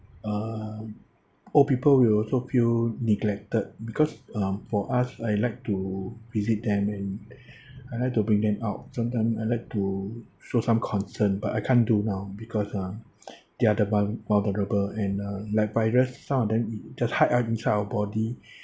uh old people will also feel neglected because um for us I like to visit them and I like to bring them out sometime I like to show some concern but I can't do now because uh they're the vuln~ vulnerable and uh like virus some of them just hide out inside our body